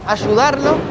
ayudarlo